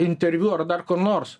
interviu ar dar kur nors